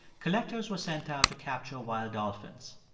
collectors were sent out to capture wild dolphins.